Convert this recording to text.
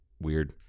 weird